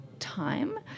time